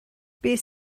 beth